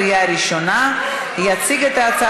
עברה בקריאה ראשונה וחוזרת